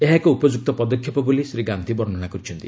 ଏହା ଏକ ଉପଯୁକ୍ତ ପଦକ୍ଷେପ ବୋଲି ଶ୍ରୀ ଗାନ୍ଧି ବର୍ଷନା କରିଛନ୍ତି